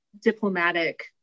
diplomatic